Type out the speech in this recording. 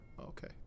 Okay